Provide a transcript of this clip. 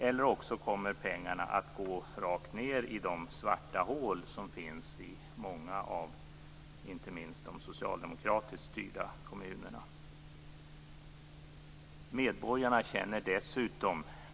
Eller också kommer pengarna att gå rakt ned i de svarta hål som finns i inte minst många av de socialdemokratiskt styrda kommunerna.